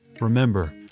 Remember